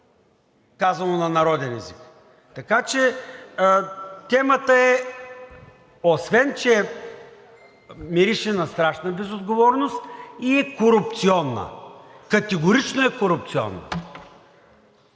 казано на народен език. Така че темата е, освен че мирише на страшна безотговорност, и е корупционна. Категорично е корупционна!